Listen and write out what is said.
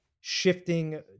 shifting